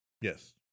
yes